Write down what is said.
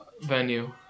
Venue